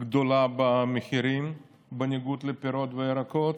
גדולה במחירים, בניגוד לפירות וירקות,